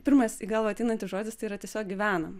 pirmas į galvą ateinantis žodis tai yra tiesiog gyvenam